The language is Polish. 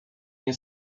nie